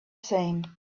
same